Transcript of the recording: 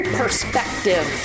perspective